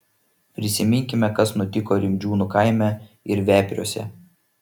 prisiminkime kas nutiko rimdžiūnų kaime ir vepriuose